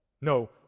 no